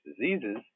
diseases